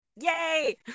Yay